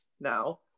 now